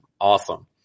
awesome